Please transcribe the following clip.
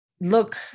look